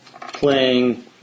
playing